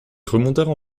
remontèrent